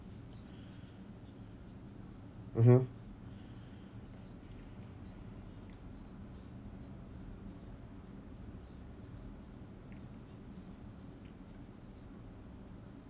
mmhmm